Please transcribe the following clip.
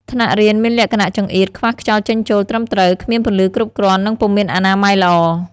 ថ្នាក់រៀនមានលក្ខណៈចង្អៀត ខ្វះខ្យល់ចេញចូលត្រឹមត្រូវ គ្មានពន្លឺគ្រប់គ្រាន់ និងពុំមានអនាម័យល្អ។